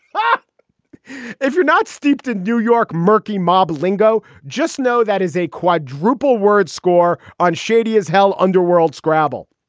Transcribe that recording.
but if you're not steeped in new york murky mob lingo, just know that is a quadruple word. score on shady as hell underworld scrabble.